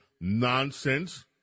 nonsense